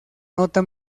nota